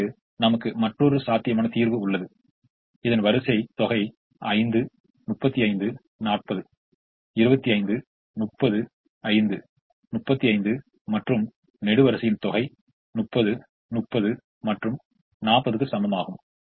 இப்போது நமக்கு மற்றொரு சாத்தியமான தீர்வு உள்ளது இதன் வரிசை தொகை 5 35 40 25 30 5 35 மற்றும் நெடுவரிசையின் தொகை 3030 மற்றும் 40 க்கு சமமாகும்